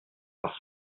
par